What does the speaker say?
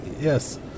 yes